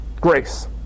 grace